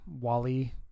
Wally